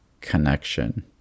connection